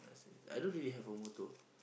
I don't really have a motto